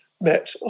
met